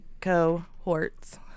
cohorts